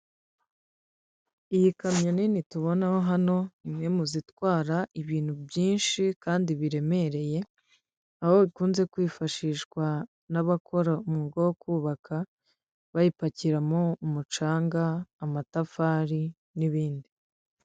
Iyi kamyo nini tubonaho hano imwe mu zitwara ibintu byinshi kandi biremereye, aho bikunze kwifashishwa n'abakora umwuga wo kubaka bayipakiramo umucanga amatafari n'ibindi.